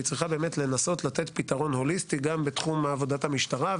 ההצעה צריכה באמת לנסות לתת פתרון הוליסטי גם בתחום עבודת המשטרה,